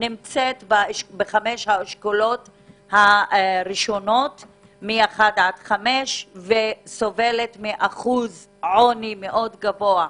נמצאת בחמשת האשכולות הראשונים מ-1 עד 5 וסובלת מאחוז עוני מאד גבוה.